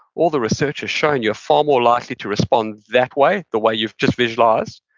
all the research has shown you're far more likely to respond that way, the way you've just visualized,